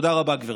תודה רבה, גברתי.